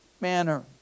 manner